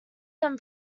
them